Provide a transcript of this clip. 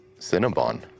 Cinnabon